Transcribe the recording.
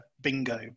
Bingo